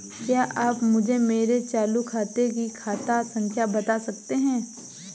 क्या आप मुझे मेरे चालू खाते की खाता संख्या बता सकते हैं?